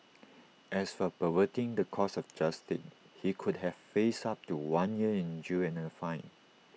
as for perverting the course of justice he could have faced up to one year in jail and A fine